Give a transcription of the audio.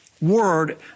word